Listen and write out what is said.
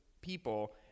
people